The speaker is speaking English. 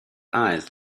eyes